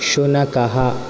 शुनकः